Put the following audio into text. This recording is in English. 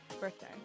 birthday